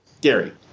Gary